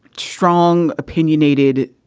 strong opinionated